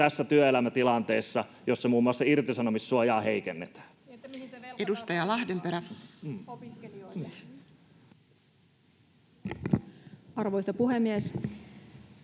tässä työelämätilanteessa, jossa muun muassa irtisanomissuojaa heikennetään. [Speech 143] Speaker: Toinen varapuhemies